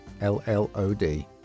LLOD